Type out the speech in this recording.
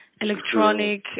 electronic